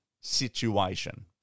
situation